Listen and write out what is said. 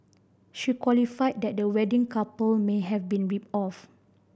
she qualified that the wedding couple may have been ripped off